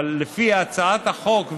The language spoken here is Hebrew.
אבל לפי הצעת החוק,